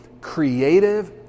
creative